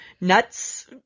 nuts